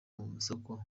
masoko